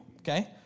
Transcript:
Okay